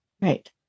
Right